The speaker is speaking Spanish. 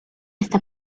esta